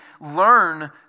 learn